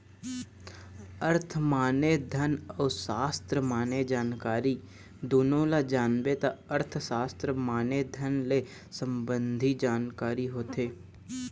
अर्थ माने धन अउ सास्त्र माने जानकारी दुनो ल जानबे त अर्थसास्त्र माने धन ले संबंधी जानकारी होथे